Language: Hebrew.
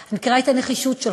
אותך, אני מכירה את הנחישות שלך,